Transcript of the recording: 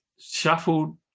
shuffled